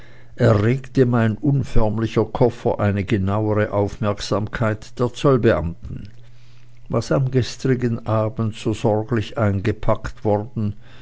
erregte mein unförmlicher koffer eine genauere aufmerksamkeit der zollbeamten was am gestrigen abend so sorglich eingepackt worden